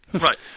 Right